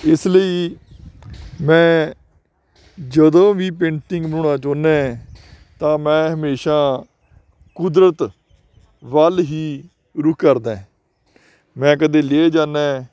ਇਸ ਲਈ ਮੈਂ ਜਦੋਂ ਵੀ ਪੇਂਟਿੰਗ ਬਣਾਉਣਾ ਚਾਹੁੰਦਾ ਤਾਂ ਮੈਂ ਹਮੇਸ਼ਾ ਕੁਦਰਤ ਵੱਲ ਹੀ ਰੁਖ ਕਰਦਾ ਮੈਂ ਕਦੇ ਲੇਹ ਜਾਂਦਾ